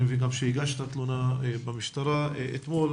אני מבין גם שהגשת תלונה במשטרה אתמול.